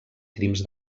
crims